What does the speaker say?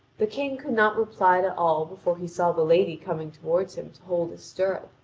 the king could not reply to all before he saw the lady coming toward him to hold his stirrup.